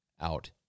out